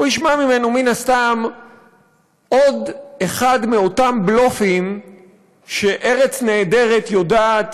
הוא ישמע ממנו מן הסתם עוד אחד מאותם בלופים ש"ארץ נהדרת" יודעת